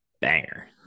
banger